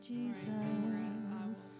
Jesus